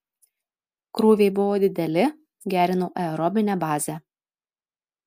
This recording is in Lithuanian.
krūviai buvo dideli gerinau aerobinę bazę